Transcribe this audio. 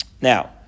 now